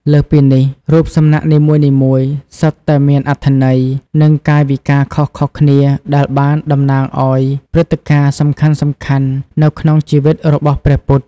លើសពីនេះ រូបសំណាកនីមួយៗសុទ្ធតែមានអត្ថន័យ និងកាយវិការខុសៗគ្នាដែលបានតំណាងឱ្យព្រឹត្តិការណ៍សំខាន់ៗនៅក្នុងជីវិតរបស់ព្រះពុទ្ធ។